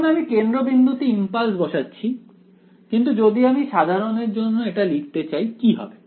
যখন আমি কেন্দ্রবিন্দুতে ইম্পালস বসাচ্ছি কিন্তু যদি আমি সাধারণের জন্য এটা লিখতে চাই কি হবে